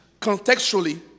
contextually